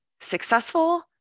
successful